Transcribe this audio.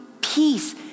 peace